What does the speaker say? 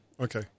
okay